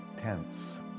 tense